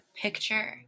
picture